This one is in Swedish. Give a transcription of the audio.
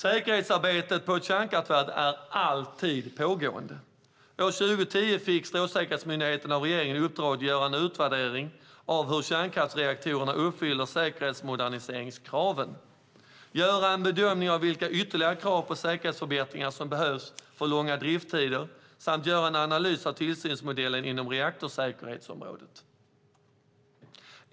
Säkerhetsarbetet på ett kärnkraftverk pågår alltid. År 2010 fick Strålsäkerhetsmyndigheten i uppdrag av regeringen att göra en utvärdering av hur kärnkraftsreaktorerna uppfyller säkerhetsmoderniseringskraven och en bedömning av vilka ytterligare krav på säkerhetsförbättringar som behövs för långa drifttider samt att göra en analys av tillsynsmodellen inom reaktorsäkerhetsområdet.